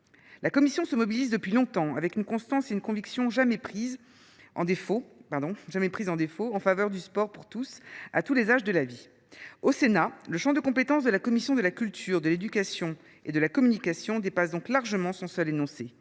La commission se mobilise depuis longtemps, avec une constance et une conviction jamais prises en défaut, en faveur du sport pour tous, à tous les âges de la vie. Au Sénat, le champ de compétences de la commission de la culture, de l’éducation et de la communication dépasse donc largement son seul énoncé.